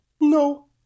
No